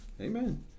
Amen